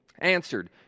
answered